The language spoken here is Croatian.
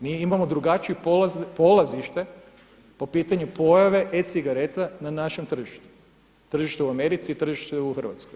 Mi imamo drugačije polazište po pitanju pojave e-cigareta na našem tržištu, tržištu u Americi, tržištu u Hrvatskoj.